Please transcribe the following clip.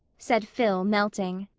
said phil, melting.